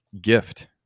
gift